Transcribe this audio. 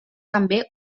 també